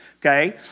okay